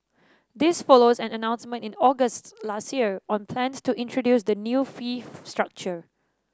this follows an announcement in August last year on plans to introduce the new fee structure